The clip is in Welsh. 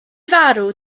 farw